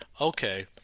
Okay